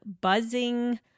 buzzing